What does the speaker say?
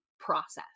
process